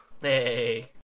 Hey